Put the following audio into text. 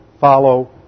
Follow